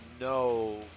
no